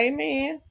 Amen